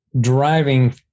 driving